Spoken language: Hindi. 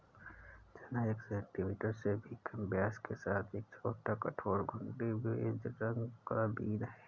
चना एक सेंटीमीटर से भी कम व्यास के साथ एक छोटा, कठोर, घुंडी, बेज रंग का बीन है